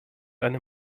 eine